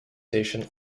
station